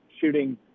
shooting